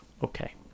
Okay